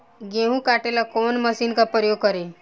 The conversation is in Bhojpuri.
गेहूं काटे ला कवन मशीन का प्रयोग करी?